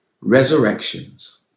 Resurrections